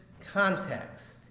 context